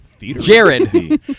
Jared